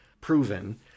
proven